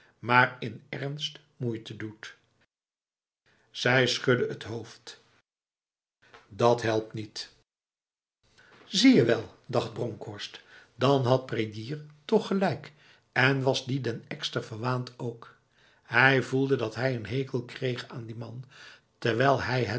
maar in ernst moeite doetf zij schudde het hoofd dat helpt niet zie je wel dacht bronkhorst dan had prédier toch gelijk en was die den ekster verwaand ook hij voelde dat hij een hekel kreeg aan die man terwijl hij